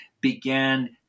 began